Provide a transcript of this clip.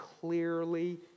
clearly